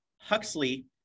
Huxley